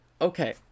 okay